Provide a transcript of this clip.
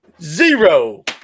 zero